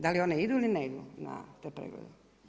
Da li one idu ili ne idu na te pregled?